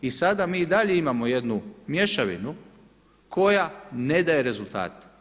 I sada mi i dalje imamo jednu mješavinu koja ne daje rezultate.